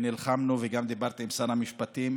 נלחמנו וגם דיברתי עם שר המשפטים